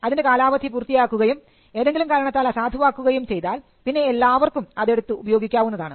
അതിൻറെ കാലാവധി പൂർത്തിയാക്കുകയും ഏതെങ്കിലും കാരണത്താൽ അസാധുവാക്കുകയും ചെയ്താൽ പിന്നെ എല്ലാവർക്കും അതെടുത്ത് ഉപയോഗിക്കാവുന്നതാണ്